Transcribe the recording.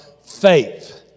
faith